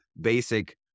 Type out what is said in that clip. basic